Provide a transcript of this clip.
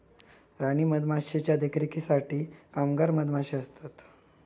राणी मधमाशीच्या देखरेखीसाठी कामगार मधमाशे असतत